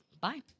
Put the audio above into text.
Bye